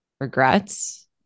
regrets